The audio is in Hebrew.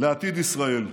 לעתיד ישראל: